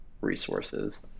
resources